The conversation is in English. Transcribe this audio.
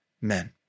men